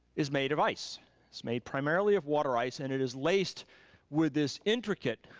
is made of ice. it's made primarily of water ice and it is laced with this intricate,